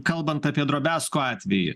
kalbant apie drobesko atvejį